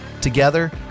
Together